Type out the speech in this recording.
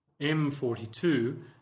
M42